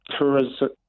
tourism